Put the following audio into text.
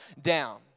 down